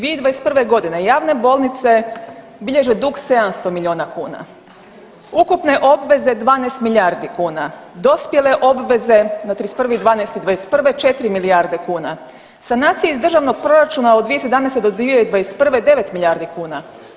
2021. godine javne bolnice bilježe dug 700 miliona kuna, ukupne obveze 12 milijardi kuna, dospjele obveze na 31.12.'21. 4 milijarde kuna, sanacija iz državnog proračuna od 2017. do 2021. 9 milijardi kuna.